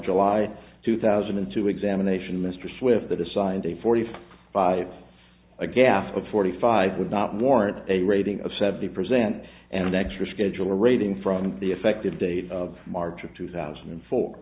july two thousand and two examination mr swift that assigned a forty five a gasp of forty five would not warrant a rating of seventy percent and extra schedule rating from the effective date of march of two thousand and four